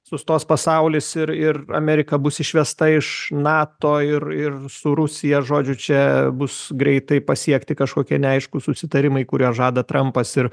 sustos pasaulis ir ir amerika bus išvesta iš nato ir ir su rusija žodžiu čia bus greitai pasiekti kažkokie neaiškūs susitarimai kuriuos žada trampas ir